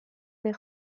des